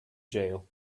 jail